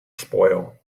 spoil